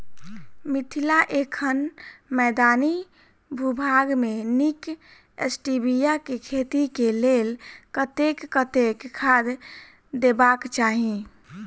मिथिला एखन मैदानी भूभाग मे नीक स्टीबिया केँ खेती केँ लेल कतेक कतेक खाद देबाक चाहि?